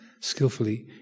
skillfully